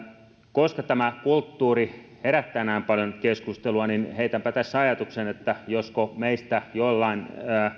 koska kulttuuri herättää näin paljon keskustelua niin heitänpä tässä ajatuksen josko joillain